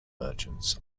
merchants